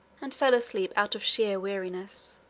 and fell asleep out of sheer weariness.